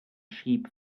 sheep